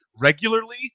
regularly